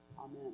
Amen